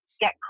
get